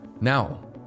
Now